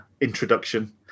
introduction